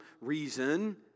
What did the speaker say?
reason